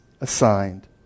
assigned